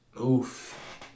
Oof